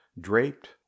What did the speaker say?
draped